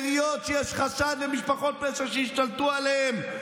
לעיריות שיש בהן חשד שמשפחות פשע השתלטו עליהן,